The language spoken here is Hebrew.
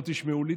לא תשמעו לי,